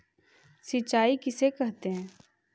सिंचाई किसे कहते हैं?